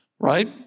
Right